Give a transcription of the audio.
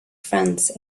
france